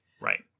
Right